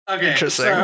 interesting